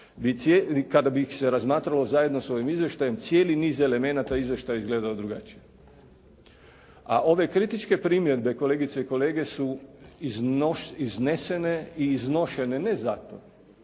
kada bi ih se razmatralo zajedno s ovim izvještajem cijeli niz elemenata u izvještaju izgledao drugačije. A ove kritičke primjedbe kolegice i kolege su iznesene i iznošene ne zato